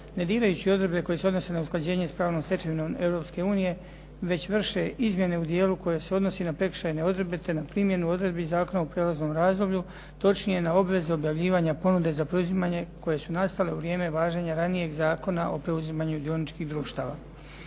ne dirajući odredbe koje se odnose na usklađenje s pravnom stečevinom Europske unije već vrše izmjene u dijelu koji se odnosi na prekršajne odredbe, te na primjenu odredbi zakona u prijelaznom razdoblju, točnije na obvezi objavljivanja ponude za preuzimanje koje su nastale u vrijeme važenja ranijeg Zakona o preuzimanju dioničkih društava.